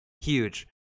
huge